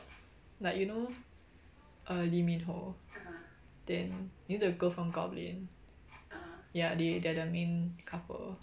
like you know err lee min ho then you know the girl from goblin ya they they're the main couple